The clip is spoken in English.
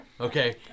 okay